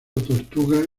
tortuga